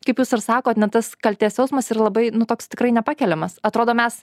kaip jūs ir sakot ne tas kaltės jausmas yra labai nu toks tikrai nepakeliamas atrodo mes